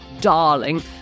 darling